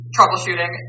Troubleshooting